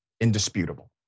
indisputable